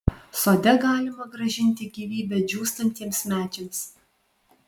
sode galima grąžinti gyvybę džiūstantiems medžiams